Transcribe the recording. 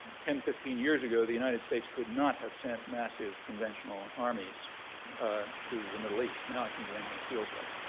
ten, fifteen years ago, the united states could not have sent massive conventional armies to the middle east. now it can do anything it feels like.